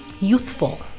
youthful